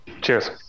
Cheers